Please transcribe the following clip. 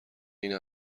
این